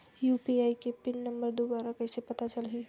UPI के pin number दुबारा कइसे पता चलही?